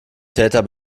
täter